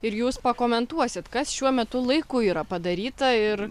ir jūs pakomentuosit kas šiuo metu laiku yra padaryta ir